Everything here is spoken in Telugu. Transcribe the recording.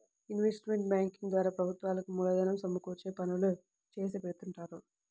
ఇన్వెస్ట్మెంట్ బ్యేంకింగ్ ద్వారా ప్రభుత్వాలకు మూలధనం సమకూర్చే పనులు చేసిపెడుతుంటారు